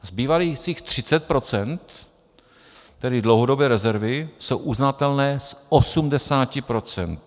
Zbývajících 30 %, tedy dlouhodobé rezervy, jsou uznatelné z 80 %.